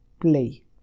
Play